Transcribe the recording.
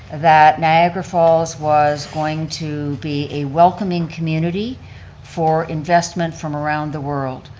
that niagara falls was going to be a welcoming community for investment from around the world,